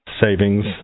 savings